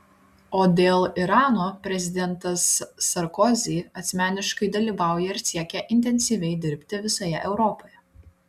o dėl irano prezidentas sarkozy asmeniškai dalyvauja ir siekia intensyviai dirbti visoje europoje